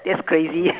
that's crazy